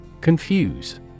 Confuse